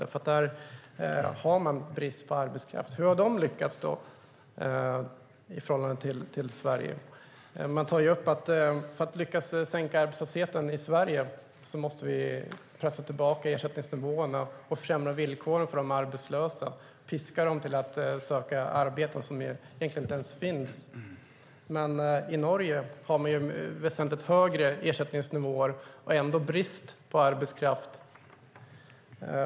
Hur kommer det sig att Norge lyckats jämfört med Sverige? Det sägs att för att lyckas sänka arbetslösheten i Sverige måste vi pressa tillbaka ersättningsnivåerna och försämra villkoren för de arbetslösa, piska dem till att söka arbeten som egentligen inte ens finns. I Norge har man väsentligt högre ersättningsnivåer och ändå brist på arbetskraft.